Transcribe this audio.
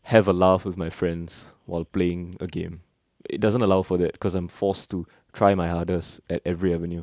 have a laugh with my friends while playing a game it doesn't allow for that cause I'm forced to try my hardest at every avenue